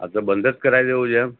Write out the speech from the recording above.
હા તો બંધ જ કરાવી દેવું છે એમ